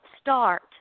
start